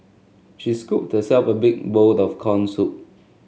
she scooped herself a big bowl of corn soup